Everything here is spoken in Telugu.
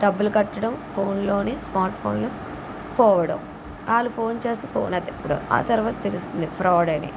డబ్బులు కట్టడం ఫోన్లోని స్మార్ట్ఫోన్లో పోవడం వాళ్ళు ఫోన్ చేస్తే ఫోన్ ఎత్తకపోవడం ఆ తరవాత తెలుస్తుంది ఫ్రాడ్ అని